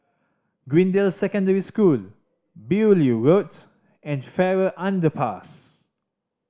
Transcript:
Greendale Secondary School Beaulieu Road and Farrer Underpass